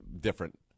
different